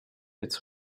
its